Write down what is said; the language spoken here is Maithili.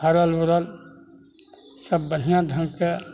फड़ल उड़ल सभ बढ़िआँ ढङ्गके